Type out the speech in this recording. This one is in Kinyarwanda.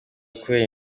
kubera